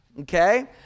okay